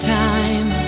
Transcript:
time